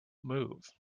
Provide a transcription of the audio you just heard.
move